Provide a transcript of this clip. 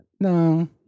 No